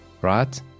Right